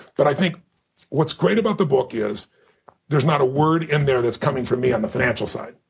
but i think what's great about the book is there's not a word in there that's coming from me on the financial side.